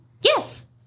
yes